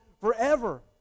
forever